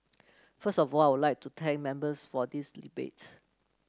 first of all I would like to thank Members for this debate